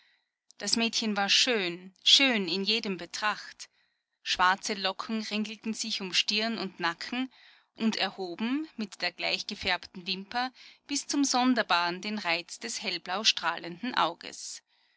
das mädchen war schön schön in jedem betracht schwarze locken ringelten sich um stirn und nacken und erhoben mit der gleichgefärbten wimper bis zum sonderbaren den reiz des hellblau strahlenden auges